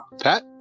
Pat